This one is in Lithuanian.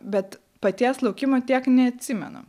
bet paties laukimo tiek neatsimenu